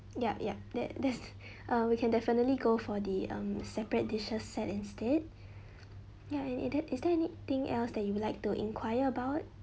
yup yup that that's the uh we can definitely go for the um separate dishes set instead ya is there is there anything else that you would like to enquire about